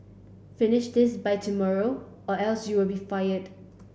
finish this by tomorrow or else you'll be fired